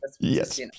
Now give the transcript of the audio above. yes